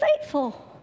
faithful